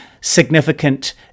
significant